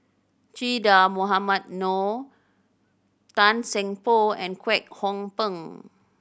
Che Dah Mohamed Noor Tan Seng Poh and Kwek Hong Png